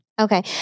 Okay